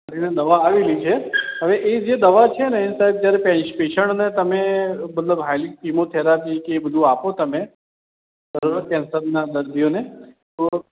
કરીને દવા આવેલી છે હવે એ જે દવા છે ને સાહેબ જયારે પેશન્ટને તમે મતલબ હાઈલી કીમો થૅરાપી કે એ બધું આપો તમે બરોબર કેન્સરના દર્દીઓને તો